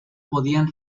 podían